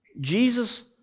jesus